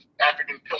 African